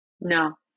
No